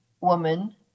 woman